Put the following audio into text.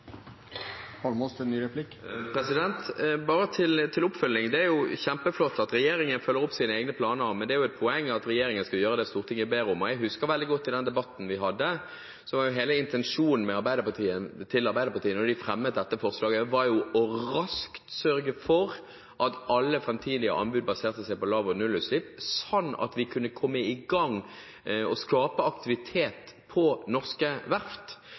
Bare til oppfølging: Det er kjempeflott at regjeringen følger opp sine egne planer, men det er jo et poeng at regjeringen skal gjøre det Stortinget ber om. Jeg husker veldig godt at i den debatten vi hadde, var hele intensjonen til Arbeiderpartiet da de fremmet dette forslaget, raskt å sørge for at alle framtidige anbud baserte seg på lav- og nullutslippsteknologi, slik at vi kunne komme i gang med å skape aktivitet på norske verft.